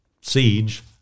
siege